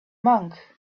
monk